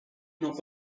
not